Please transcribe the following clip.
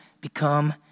become